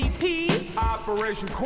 Operation